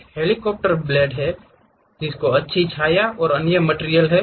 एक helicopter blade है अच्छी छाया और अन्य मटिरियल हैं